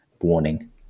warning